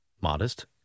modest